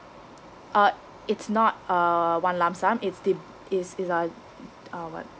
uh it's not uh one lump sum it di~ it's it's uh uh what